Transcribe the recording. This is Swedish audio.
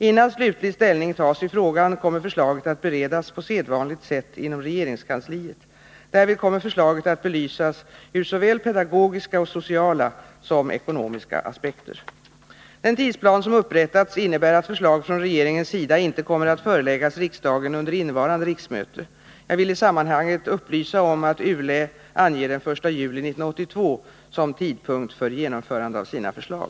Innan slutlig ställning tas i frågan kommer förslaget att beredas på sedvanligt sätt inom regeringskansliet. Därvid kommer förslaget att belysas ur såväl pedagogiska och sociala som ekonomiska aspekter. Den tidsplan som upprättats innebär att förslag från regeringens sida inte kommer att föreläggas riksdagen under innevarande riksmöte. Jag vill i sammanhanget upplysa om att ULÄ anger den 1 juli 1982 som tidpunkt för genomförande av sina förslag.